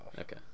Okay